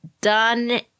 done